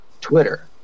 Twitter